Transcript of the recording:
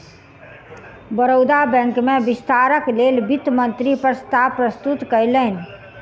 Baroda bank में विस्तारक लेल वित्त मंत्री प्रस्ताव प्रस्तुत कयलैन